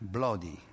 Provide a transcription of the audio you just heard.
Bloody